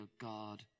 God